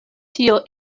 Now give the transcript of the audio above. tio